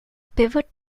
pivot